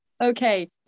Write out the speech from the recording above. Okay